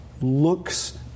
looks